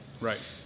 Right